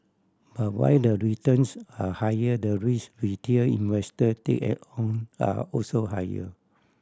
but while the returns are higher the risk retail investor take it on are also higher